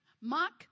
Mark